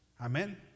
Amen